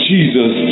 Jesus